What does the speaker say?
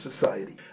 society